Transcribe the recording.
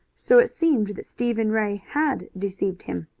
so it seemed that stephen ray had deceived him.